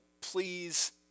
please